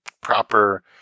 proper